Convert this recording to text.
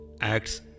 acts